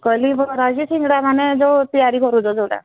କହିଲି ବରା ଅଛି ସିଙ୍ଗଡ଼ା ମାନେ ଯୋଉଟା ତିଆରି କରୁଛ ଯୋଉଟା